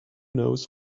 knows